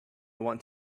want